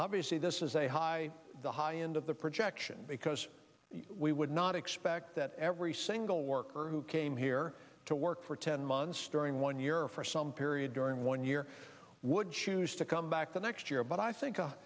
obviously this is a high the high end of the projection because we would not expect that every single worker who came here to work for ten months during one year for some period during one year would choose to come back the next year but i think